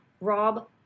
Rob